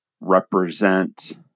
represent